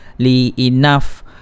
enough